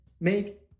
make